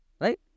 Right